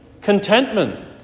contentment